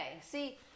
See